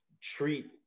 treat